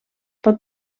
pot